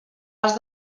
pas